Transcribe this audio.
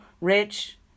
rich